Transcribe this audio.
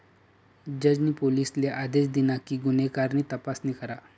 जज नी पोलिसले आदेश दिना कि गुन्हेगार नी तपासणी करा